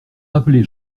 rappelé